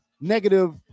negative